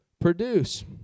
produce